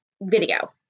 Video